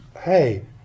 hey